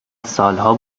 سالها